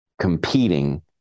competing